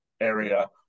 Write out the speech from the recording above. area